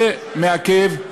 זה מעכב,